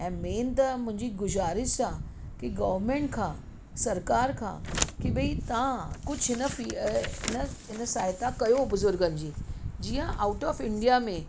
ऐं मेन त मुंहिंजी गुज़ारिश आहे की गर्वमेंट खां सरकारि खां की भई तव्हां कुझु हिन फी हिन सहायता कयो बुज़ुर्गनि जी जीअं आउट ऑफ़ इंडिया में